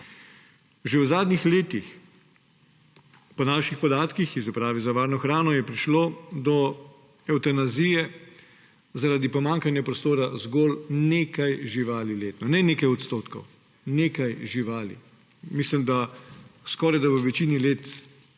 Že v zadnjih letih po naših podatkih iz uprave za varno hrano je prišlo do evtanazije zaradi pomanjkanja prostora zgolj nekaj živali letno, ne nekaj odstotkov. Nekaj živali. Mislim, da skorajda v večini let na prste